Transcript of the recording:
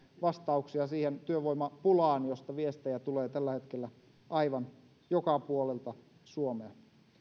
vastauksia siihen työvoimapulaan josta viestejä tulee tällä hetkellä aivan joka puolelta suomea